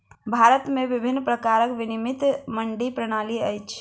भारत में विभिन्न प्रकारक विनियमित मंडी प्रणाली अछि